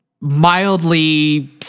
mildly